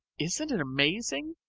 isn't it amazing?